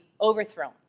overthrown